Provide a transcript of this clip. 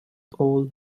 all